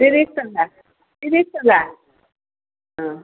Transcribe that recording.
ତିରିଶ ଟଙ୍କା ତିରିଶ ଟଙ୍କା ହଁ